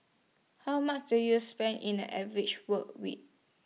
how much do you spend in an average work week